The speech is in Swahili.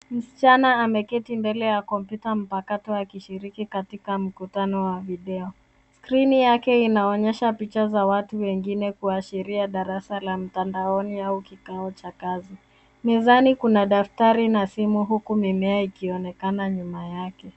Msichana ameketi mbele ya kompyuta mpakato, akishiriki katika mkutano wa video. Skrini yake inaonyesha picha za watu wengine, kuashiria darasa la mtandaoni au kikao cha kazi. Mezani kuna daftari na simu, huku mimea ikionekana nyuma yake.